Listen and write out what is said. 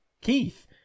Keith